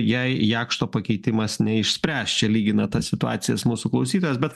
jei jakšto pakeitimas neišspręs čia lygina tas situacijos mūsų klausytojas bet